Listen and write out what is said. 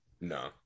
No